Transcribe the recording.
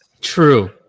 true